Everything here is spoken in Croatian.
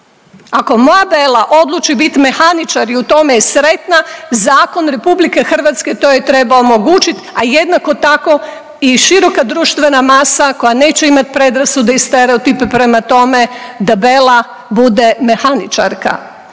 Ako moja Bela odluči bit mehaničar i u tome je sretna, zakon RH to joj treba omogućit, a jednako tako i široka društvena masa koja neće imat predrasude i stereotipe prema tome da Bela bude mehaničarka.